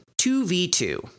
2v2